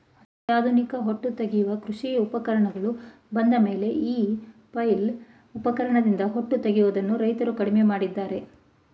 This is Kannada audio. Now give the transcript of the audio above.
ಅತ್ಯಾಧುನಿಕ ಹೊಟ್ಟು ತೆಗೆಯುವ ಕೃಷಿ ಉಪಕರಣಗಳು ಬಂದಮೇಲೆ ಈ ಫ್ಲೈಲ್ ಉಪಕರಣದಿಂದ ಹೊಟ್ಟು ತೆಗೆಯದನ್ನು ರೈತ್ರು ಕಡಿಮೆ ಮಾಡಿದ್ದಾರೆ